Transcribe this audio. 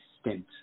stint